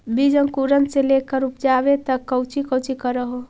बीज अंकुरण से लेकर उपजाबे तक कौची कौची कर हो?